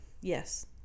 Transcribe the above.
Yes